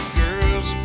girls